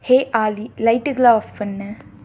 ஹே ஆலி லைட்டுகளை ஆஃப் பண்ணு